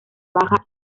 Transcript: baja